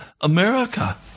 America